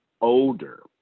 older